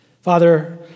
Father